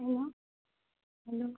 hello hello